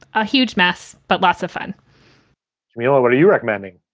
a huge mess, but lots of fun meanwhile, what are you recommending?